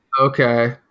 Okay